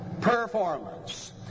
performance